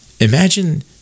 Imagine